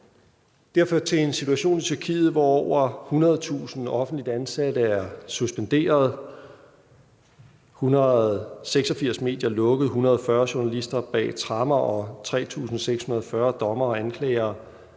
har ført til en situation i Tyrkiet, hvor over 100.000 offentligt ansatte er suspenderet, 186 medier er lukket, 140 journalister er bag tremmer, og 3.640 dommere og anklagere